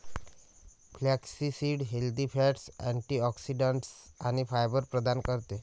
flaxseed healthy fats, antioxidants आणि fibre प्रदान करते